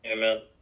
Amen